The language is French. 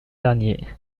dernier